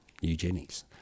Eugenics